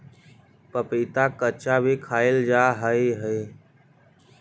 पपीता कच्चा भी खाईल जा हाई हई